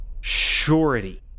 surety